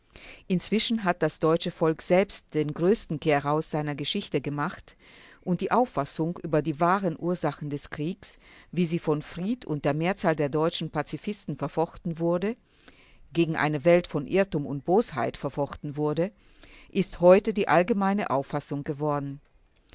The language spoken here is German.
inzwischen hat das deutsche volk selbst den größten kehraus seiner geschichte gemacht und die auffassung über die wahren ursachen des krieges wie sie von fried und der mehrzahl der deutschen pazifisten verfochten wurde gegen eine welt von irrtum und bosheit verfochten wurde ist heute die allgemeine auffassung geworden